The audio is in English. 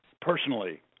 personally